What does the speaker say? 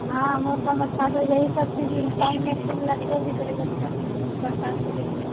हँ मौसम अच्छा छै इएह सब टाइममे फूल लगबो भी करैत छै बरसातके दिनमे